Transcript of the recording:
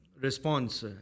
response